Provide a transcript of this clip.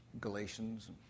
Galatians